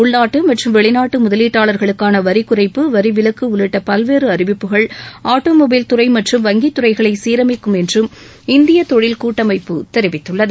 உள்நாட்டு மற்றும் வெளிநாட்டு முதலீட்டாளா்களுக்கான வரிக் குறைப்பு வரிவிலக்கு உள்ளிட்ட பல்வேறு அறிவிப்புகள் ஆட்டோ மொபைல் துறை மற்றும் வங்கித் துறைகளை சீரமைக்கும் என்றும் இந்தியத் தொழில் கூட்டமைப்பு தெரிவித்துள்ளது